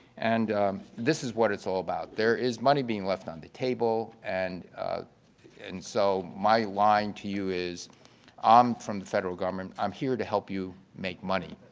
and this is what it's all about. there is money being left on the table, and and so my line to you is i'm from the federal government, i'm here to help you make money.